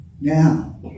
Now